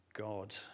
God